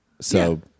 so-